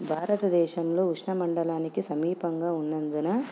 భారతదేశంలో ఉష్ణ మండలానికి సమీపంగా ఉన్నందున